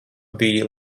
biji